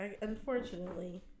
unfortunately